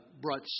brought